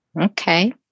Okay